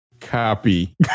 Copy